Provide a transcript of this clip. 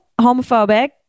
homophobic